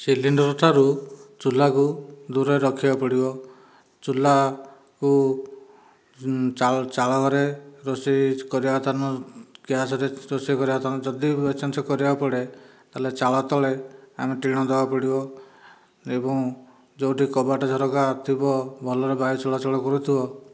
cylinder ଠାରୁ ଚୁଲାକୁ ଦୂରରେ ରଖିବାକୁ ପଡ଼ିବ ଚୁଲାକୁ ଚାଳ ଚାଳ ଘରେ ରୋଷେଇ କରିବା କଥା ନୁହଁ ଗ୍ୟାସରେ ରୋଷେଇ କରିବା କଥା ନୁହଁ ଯଦି ବାଇଚାନ୍ସ କରିବାକୁ ପଡ଼େ ତାହେଲେ ଚାଳ ତଳେ ଆମକୁ ଟିଣ ଦେବାକୁ ପଡ଼ିବ ଏବଂ ଯେଉଁଠି କବାଟ ଝରକା ଥିବ ଭଲରେ ବାୟୁ ଚାଳଚଳ କରୁଥିବ